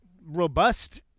Robust